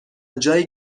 جایی